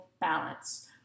balance